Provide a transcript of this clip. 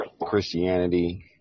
Christianity